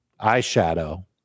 eyeshadow